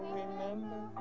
remember